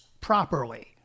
properly